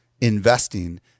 investing